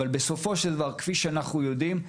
אבל בסופו של דבר, כפי שאנחנו יודעים,